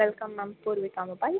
welcome ma'am Poorvika mobiles